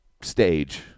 stage